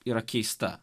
yra keista